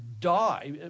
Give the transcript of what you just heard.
die